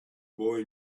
boy